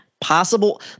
possible –